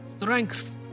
Strength